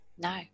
no